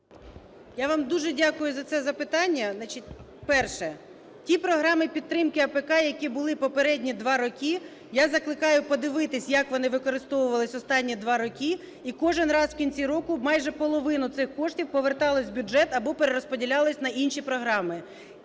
Я вам дуже дякую за це запитання. Значить, перше. Ті програми підтримки АПК, які були попередні два роки, я закликаю подивитися , як вони використовувалися останні два роки, і кожен раз в кінці року майже половину цих коштів повертались у бюджет або перерозподілялись на інші програми.